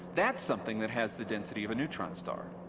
that's something that has the density of a neutron star.